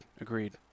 Agreed